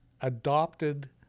adopted